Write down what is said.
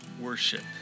worship